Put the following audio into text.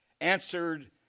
answered